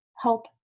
help